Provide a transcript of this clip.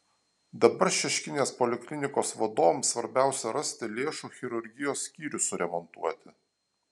dabar šeškinės poliklinikos vadovams svarbiausia rasti lėšų chirurgijos skyrių suremontuoti